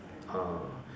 uh